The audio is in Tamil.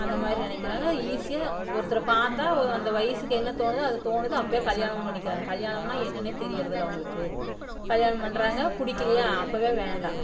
அந்த மாதிரி நினைக்குறாங்க ஈசியாக ஒருத்தரை பார்த்தா அந்த வயசுக்கு என்ன தோணுதோ அது தோணுது அப்போவே கல்யாணம் பண்ணிக்கிறாங்க கல்யாணம்னா என்னனே தெரியறதில்ல அவங்களுக்கு கல்யாணம் பண்ணுறாங்க பிடிக்கிலியா அப்போவே வேண்டாம்